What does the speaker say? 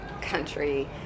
country